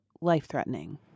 life-threatening